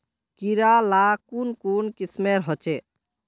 कीड़ा ला कुन कुन किस्मेर होचए?